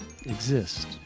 exist